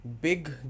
big